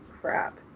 crap